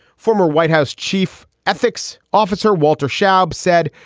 former white house chief ethics officer walter shab said,